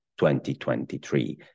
2023